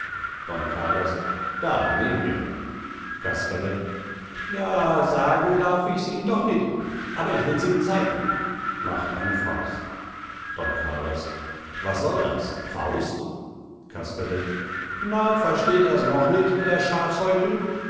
don carlos da nehm er casperle ja sagen darf ichs ihm doch nit aber ich wills ihm zeigen macht eine faust don carlos was soll das faust casperle na versteht ers noch nit er